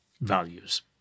values